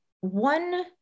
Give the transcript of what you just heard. one